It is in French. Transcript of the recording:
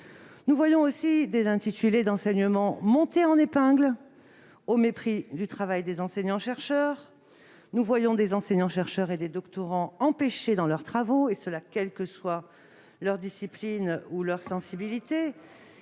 Nous voyons aussi des intitulés d'enseignement montés en épingle, au mépris du travail des enseignants-chercheurs. Nous voyons des enseignants-chercheurs et des doctorants empêchés dans leurs travaux, et ce quelle que soit leur discipline ou leur sensibilité.